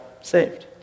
saved